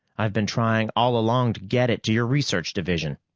i've been trying all along to get it to your research division.